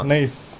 Nice